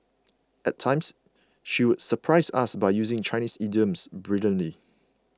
at times she would surprise us by using Chinese idioms brilliantly